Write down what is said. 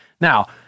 Now